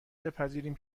بپذیریم